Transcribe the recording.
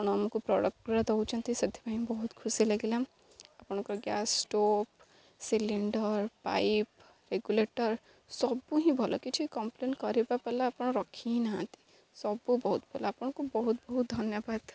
ଆପଣ ଆମକୁ ପ୍ରଡ଼କ୍ଟ ଗୁଡ଼ା ଦେଉଛନ୍ତି ସେଥିପାଇଁ ବହୁତ ଖୁସି ଲାଗିଲା ଆପଣଙ୍କର gas stove cylinder pipe regulator ସବୁ ହିଁ ଭଲ କିଛି କମ୍ପ୍ଲେନ୍ କରିବା ବାଲା ଆପଣ ରଖି ହିଁ ନାହାନ୍ତି ସବୁ ବହୁତ ଭଲ ଆପଣଙ୍କୁ ବହୁତ ବହୁତ ଧନ୍ୟବାଦ